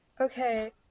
Okay